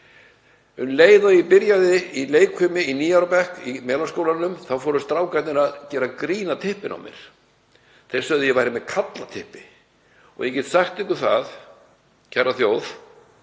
Um leið og ég byrjaði í leikfimi í níu ára bekk í Melaskólanum fóru strákarnir að gera grín að typpinu á mér og sögðu að ég væri með kallatyppi. Ég get sagt ykkur það, kæra þjóð